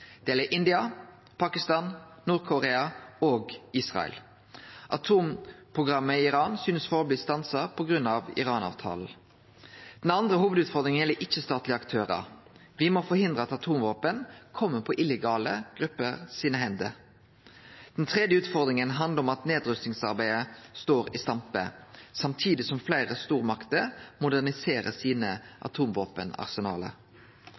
Det gjeld India, Pakistan, Nord-Korea og Israel. Atomprogrammet i Iran synest førebels stansa på grunn av Iran-avtalen. Den andre hovudutfordringa gjeld ikkje-statlege aktørar. Me må forhindre at atomvåpen kjem i hendene på illegale grupper. Den tredje utfordringa handlar om at nedrustingsarbeidet står i stampe, samtidig som fleire stormakter moderniserer sine